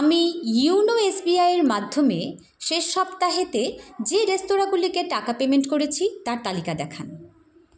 আমি ইউনো এসবিআইয়ের মাধ্যমে শেষ সপ্তাহেতে যে রেস্তোরাঁগুলিকে টাকা পেমেন্ট করেছি তার তালিকা দেখান